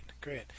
great